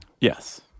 Yes